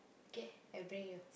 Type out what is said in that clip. okay I bring you